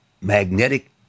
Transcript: magnetic